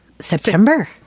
September